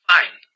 Fine